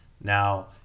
Now